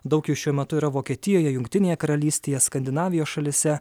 daug jų šiuo metu yra vokietijoje jungtinėje karalystėje skandinavijos šalyse